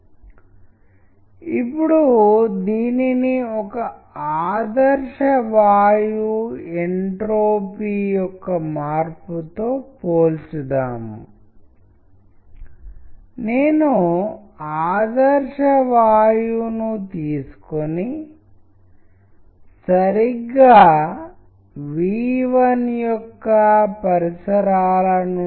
కాబట్టి తరంగాలు రాళ్లను దాటినప్పుడు అవి చుట్టూ వ్యాపిస్థాయి మరియు అవి పదేపదే అలా చేస్తూనే ఉంటాయి మరియు ఈ నిర్దిష్ట యానిమేషన్ను చూసినప్పుడు మనం తెలియజేయగలిగేది అదే దాన్ని మళ్లీ చూద్దాం లేదా ఆకులు పడిపోవడాన్ని చూద్దాం